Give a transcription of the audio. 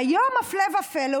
והיום הפלא ופלא,